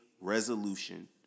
resolution